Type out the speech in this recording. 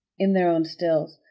in their own stills.